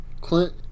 Clint